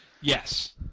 Yes